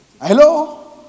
hello